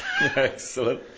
Excellent